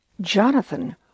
Jonathan